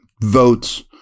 votes